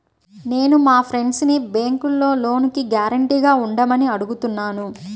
నేను మా ఫ్రెండ్సుని బ్యేంకులో లోనుకి గ్యారంటీగా ఉండమని అడుగుతున్నాను